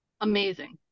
amazing